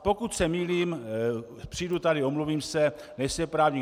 Pokud se mýlím, přijdu tady, omluvím se, nejsem právník.